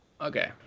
Okay